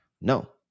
No